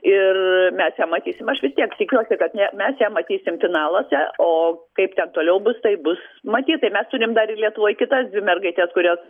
ir mes ją matysim aš vis tiek tikiuosi kad ne mes ją matysim finaluose o kaip ten toliau bus tai bus matyt tai mes turim dar ir lietuvoj kitas dvi mergaites kurios